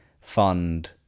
fund